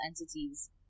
entities